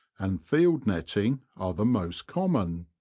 and field netting are the most common.